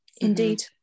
indeed